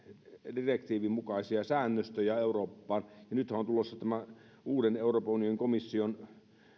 direktiivin mukaisia säännöstöjä eurooppaan ja nythän on tulossa tämä euroopan unionin komission